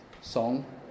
song